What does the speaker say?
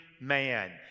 man